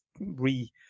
re